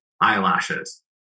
eyelashes